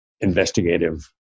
investigative